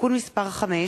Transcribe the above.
(תיקון מס' 5),